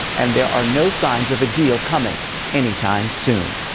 and that are no signs of a deal coming anytime soon.